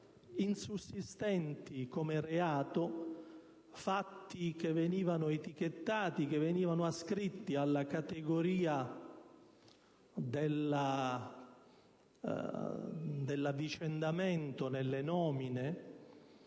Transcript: insussistenti come reato fatti che venivano etichettati, ascritti alla categoria dell'avvicendamento nelle nomine,